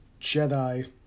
Jedi